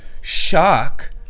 shock